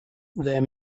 their